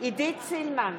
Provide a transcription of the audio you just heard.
עידית סילמן,